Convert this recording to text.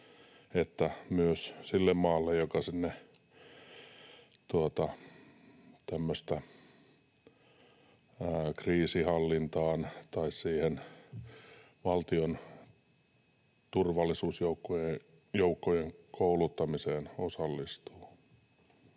että myös sille maalle, joka siellä tämmöiseen kriisinhallintaan tai siihen valtion turvallisuusjoukkojen kouluttamiseen osallistuu.